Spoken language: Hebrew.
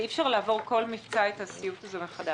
אי אפשר לעבור כל מבצע את הסיוט הזה מחדש,